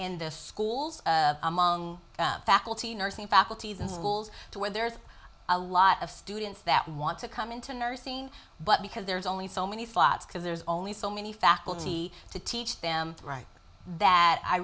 in the schools among faculty nursing faculties and schools to where there's a lot of students that want to come into nursing but because there's only so many slots because there's only so many faculty to teach them right that i